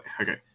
okay